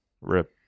Rip